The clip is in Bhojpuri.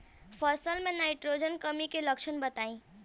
फसल में नाइट्रोजन कमी के लक्षण बताइ?